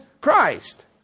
Christ